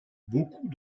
beaucoup